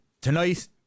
tonight